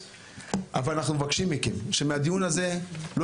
אבל אנחנו מבקשים מכם שמהדיון הזה לא